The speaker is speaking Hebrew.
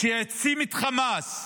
שהעצים את חמאס,